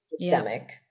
systemic